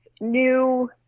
new